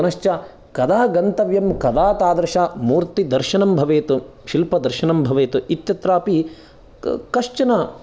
पुनश्च कदा गन्तव्यं कदा तादृशा मूर्तिदर्शनं भवेत् शिल्पदर्शनं भवेत् इत्यत्रापि कश्चन